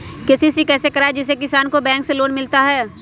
KCC कैसे कराये जिसमे किसान को बैंक से लोन मिलता है?